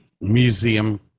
museum